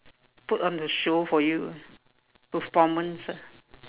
put on a show for you ah performance ah